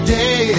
day